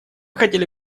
хотели